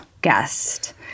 guest